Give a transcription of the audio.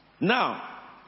Now